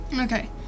okay